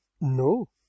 No